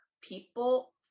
people